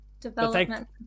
Development